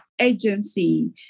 agency